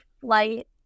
flight